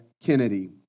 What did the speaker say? Kennedy